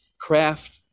craft